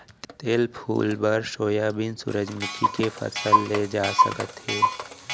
तेल फूल बर सोयाबीन, सूरजमूखी के फसल ले जा सकत हे